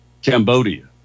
Cambodia